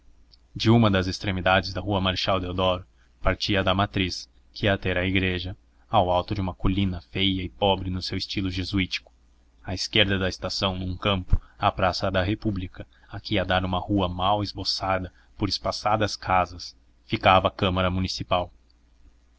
de uma das extremidades da rua marechal deodoro partia a da matriz que ia ter à igreja ao alto de uma colina feia e pobre no seu estilo jesuítico à esquerda da estação num campo a praça da república a que ia dar uma rua mal esboçada por espaçadas casas ficava a câmara municipal